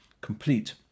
complete